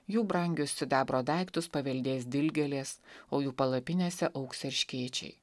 jų brangius sidabro daiktus paveldės dilgėlės o jų palapinėse augs erškėčiai